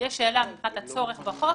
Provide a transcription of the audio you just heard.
יש שאלה מבחינת הצורך בחוק,